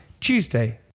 Tuesday